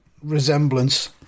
resemblance